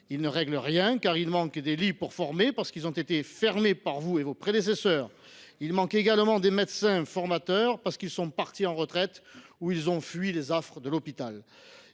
qui ne règlent rien : il manque des lits pour former, car ils ont été fermés par vous et vos prédécesseurs ; il manque également des médecins formateurs, parce qu’ils sont partis à la retraite ou qu’ils ont subi les affres de l’hôpital.